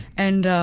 and